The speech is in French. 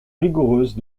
rigoureuse